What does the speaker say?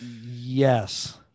Yes